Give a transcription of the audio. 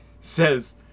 says